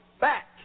back